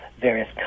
various